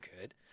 good